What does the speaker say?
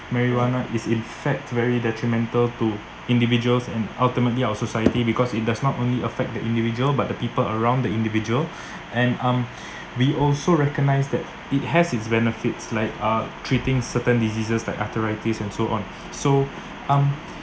marijuana is in fact very detrimental to individuals and ultimately our society because it does not only affect the individual but the people around the individual and um we also recognise that it has its benefits like uh treating certain diseases like arthritis and so on so um